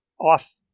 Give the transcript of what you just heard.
off